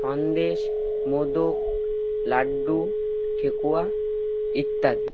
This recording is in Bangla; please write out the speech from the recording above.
সন্দেশ মোদক লাড্ডু ঠেকুয়া ইত্যাদি